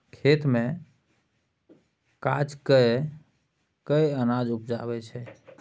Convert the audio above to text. खेत मे काज कय केँ अनाज उपजाबै छै